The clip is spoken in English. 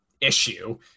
issue